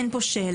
אין פה שאלה.